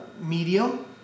medium